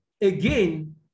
Again